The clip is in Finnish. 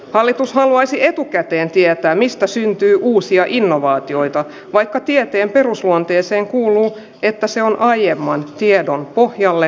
hallitus haluaisi etukäteen tietää mistä syntyy uusia innovaatioita vaikka tieteen perusluonteeseen kuuluu että se on aiemman tiedon pohjalle